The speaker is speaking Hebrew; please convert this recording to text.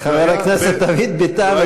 חבר הכנסת דוד ביטן,